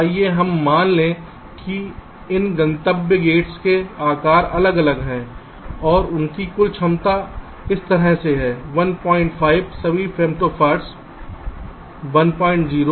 आइए हम मान लें कि इन गंतव्य गेट्स के आकार अलग अलग हैं और उनकी कुल क्षमता इस तरह से है 15 सभी फेमटोफार्ड्स 10 और 0 05